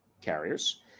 carriers